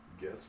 guess